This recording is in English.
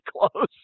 close